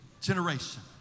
generation